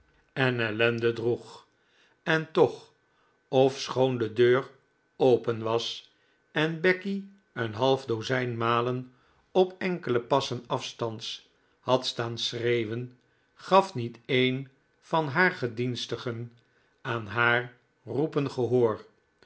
en ellende droeg en toch ofschoon de deur open was en becky een half dozijn malen op enkele passen afstands had staan schreeuwen gaf niet een van haar gedienstigen aan haar roepen gehoor